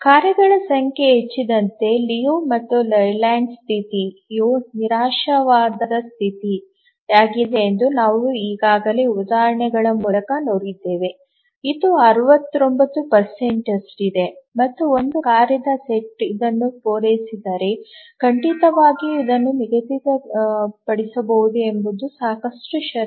ಕಾರ್ಯಗಳ ಸಂಖ್ಯೆ ಹೆಚ್ಚಾದಂತೆ ಲಿಯು ಮತ್ತು ಲೇಲ್ಯಾಂಡ್ನ ಸ್ಥಿತಿLiu and Laylands conditionಯು ನಿರಾಶಾವಾದದ ಸ್ಥಿತಿಯಾಗಿದೆ ಎಂದು ನಾವು ಈಗಾಗಲೇ ಉದಾಹರಣೆಗಳ ಮೂಲಕ ನೋಡಿದ್ದೇವೆ ಅದು 69 ರಷ್ಟಿದೆ ಮತ್ತು ಇದು ಒಂದು ಕಾರ್ಯದ ಸೆಟ್ ಇದನ್ನು ಪೂರೈಸಿದರೆ ಖಂಡಿತವಾಗಿಯೂ ಅದನ್ನು ನಿಗದಿಪಡಿಸಬಹುದು ಎಂಬುದು ಸಾಕಷ್ಟು ಷರತ್ತು